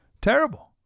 Terrible